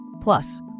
Plus